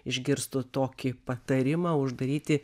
išgirstų tokį patarimą uždaryti